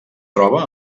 troba